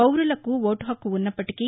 పౌరులకు ఓటు హక్కు ఉన్నప్పటికీ